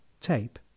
tape